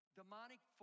demonic